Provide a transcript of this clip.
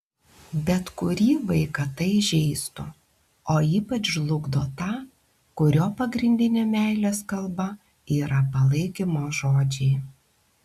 bet kurį vaiką tai žeistų o ypač žlugdo tą kurio pagrindinė meilės kalba yra palaikymo žodžiai